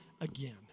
again